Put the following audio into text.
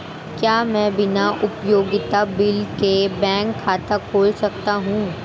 क्या मैं बिना उपयोगिता बिल के बैंक खाता खोल सकता हूँ?